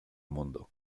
mundo